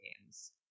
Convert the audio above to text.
games